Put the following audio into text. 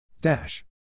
Dash